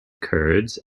kurds